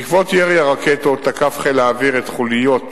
בעקבות ירי הרקטות תקף חיל האוויר את חוליית